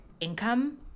income